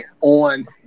on